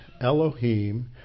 Elohim